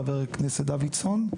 חבר הכנסת דוידסון,